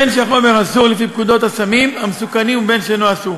בין שהחומר אסור לפי פקודת הסמים המסוכנים ובין שאינו אסור,